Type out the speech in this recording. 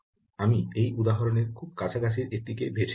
আমি এই উদাহরণের খুব কাছাকাছির একটিকে বেছে নিয়েছি